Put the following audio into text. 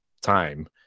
time